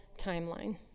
timeline